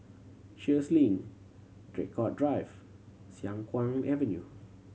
Sheares Link Draycott Drive Siang Kuang Avenue